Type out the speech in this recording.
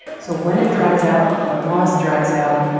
so when it dries out, the moss dries out,